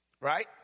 right